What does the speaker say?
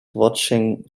watching